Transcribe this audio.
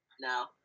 No